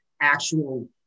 actual